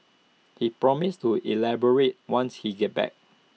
he promises to elaborate once he gets back